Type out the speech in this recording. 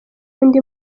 undi